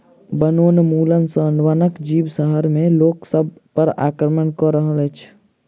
वनोन्मूलन सॅ वनक जीव शहर में लोक सभ पर आक्रमण कअ रहल अछि